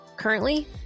Currently